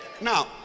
now